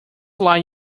align